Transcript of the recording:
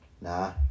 nah